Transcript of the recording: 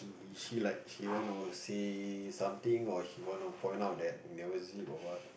is she like she want to say something or she wana point out that you never zip or what